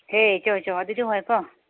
ꯍꯦ ꯆꯣ ꯆꯣ ꯑꯗꯨꯗꯤ ꯍꯣꯏ ꯀꯣ